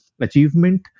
Achievement